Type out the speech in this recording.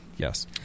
Yes